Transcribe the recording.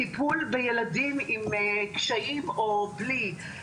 טיפול בילדים עם קשיים או בלי,